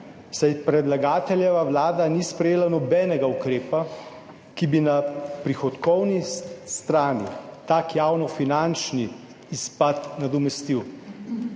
saj predlagateljeva vlada ni sprejela nobenega ukrepa, ki bi na prihodkovni strani tak javnofinančni izpad nadomestil.